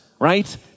right